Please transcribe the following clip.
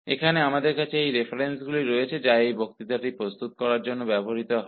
तो यहाँ हमारे पास ये रेफरेन्सेस संदर्भ हैं जिनका उपयोग इस लेक्चरको तैयार करने में किया गया है